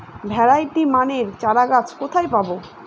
Variety মানের চারাগাছ কোথায় পাবো?